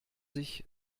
sich